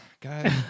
Guys